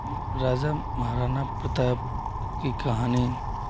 राजा महाराणा प्रताप की कहानी